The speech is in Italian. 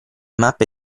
mappe